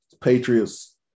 Patriots